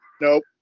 Nope